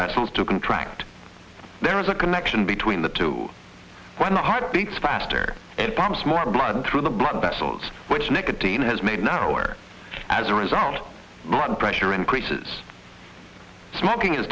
vessels to contract there is a connection between the two when the heart beats faster and pharms more blood through the blood vessels which nicotine has made now or as a result rather pressure increases smoking is